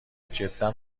جدا